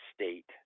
state